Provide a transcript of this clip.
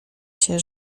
się